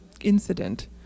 incident